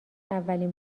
اولین